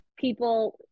people